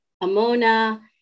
Amona